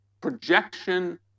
projection